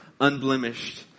unblemished